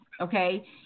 okay